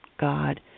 God